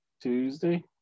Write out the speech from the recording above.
Tuesday